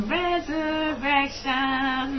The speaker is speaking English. resurrection